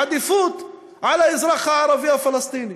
עדיפות על האזרח הערבי-פלסטיני.